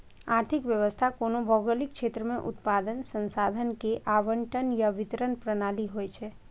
आर्थिक व्यवस्था कोनो भौगोलिक क्षेत्र मे उत्पादन, संसाधन के आवंटन आ वितरण प्रणाली होइ छै